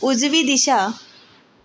उजवी दिशा